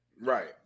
Right